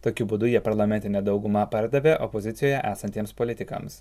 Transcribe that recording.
tokiu būdu jie parlamentinę daugumą pardavė opozicijoje esantiems politikams